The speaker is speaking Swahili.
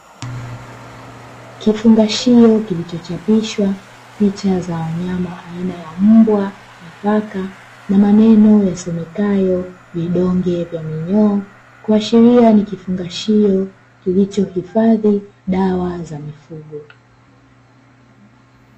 Kifungashio kilichochapishwa picha za wanyama aina ya mbwa na paka na maneno yasomekayo vidonge vya minyoo, kuashiria ni kifungashio kilichohifadhi dawa za mifugo.